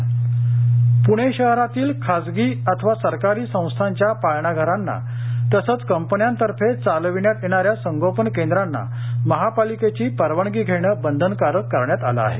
प्णे शहरातील खासगी अथवा सरकारी संस्थांच्या पाळणाघरांना तसेच कंपन्यांतर्फे चालविण्यात येणाऱ्या संगोपन केंद्रांना महापालिकेची परवानगी घेणे बंधनकारक करण्यात आले आहे